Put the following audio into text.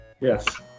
Yes